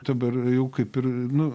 dabar jau kaip ir nu